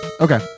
Okay